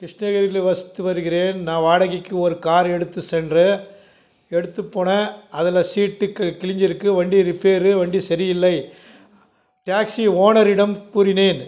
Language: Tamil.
கிருஷ்ணகிரியில் வசித்து வருகிறேன் நான் வாடகைக்கு ஒரு கார் எடுத்து சென்று எடுத்துப் போனேன் அதில் சீட்டு கி கிழிஞ்சிருக்கு வண்டி ரிப்பேரு வண்டி சரி இல்லை டேக்சி ஓனரிடம் கூறினேன்